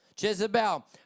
Jezebel